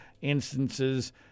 instances